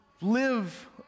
live